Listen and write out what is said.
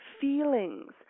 feelings